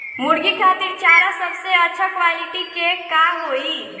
मुर्गी खातिर चारा सबसे अच्छा क्वालिटी के का होई?